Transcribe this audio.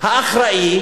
האחראי